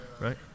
Right